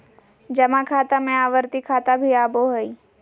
जमा खाता में आवर्ती खाता भी आबो हइ